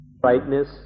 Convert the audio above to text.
brightness